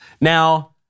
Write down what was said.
Now